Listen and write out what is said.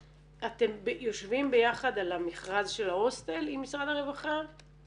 אתם יושבים ביחד על המכרז של ההוסטל עם משרד הרווחה?